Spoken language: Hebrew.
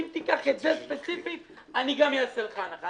אם תיקח את האחד הזה ספציפית אתן לך עוד הנחה".